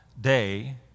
day